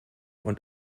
und